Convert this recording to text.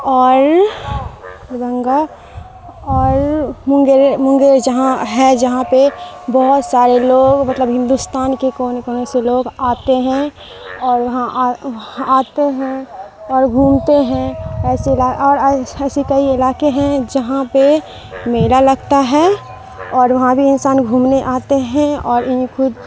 اور گنگا اور مونگیر مونگیر جہاں ہے جہاں پہ بہت سارے لوگ مطلب ہندوستان کے کونے کونے سے لوگ آتے ہیں اور وہاں وہاں آتے ہیں اور گھومتے ہیں ایسے اور ایسی کئی علاقے ہیں جہاں پہ میلہ لگتا ہے اور وہاں بھی انسان گھومنے آتے ہیں اور ان خود